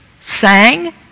sang